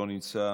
לא נמצא,